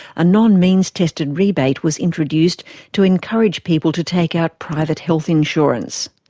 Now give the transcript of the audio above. a non-means-tested rebate was introduced to encourage people to take out private health insurance.